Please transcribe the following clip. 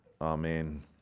Amen